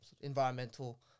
environmental